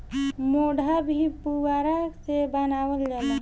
मोढ़ा भी पुअरा से बनावल जाला